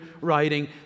writing